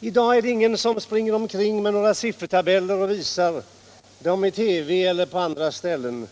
I dag är det ingen som visar siffertabeller i TV eller på andra ställen.